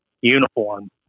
uniform